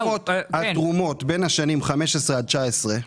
התרומות בין השנים 2015 עד 2019,